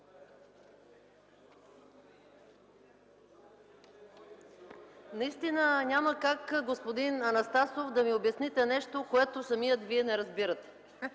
Наистина няма как, господин Анастасов, да ми обясните нещо, което Вие не разбирате.